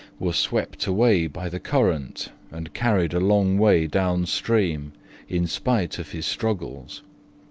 was swept away by the current and carried a long way downstream in spite of his struggles,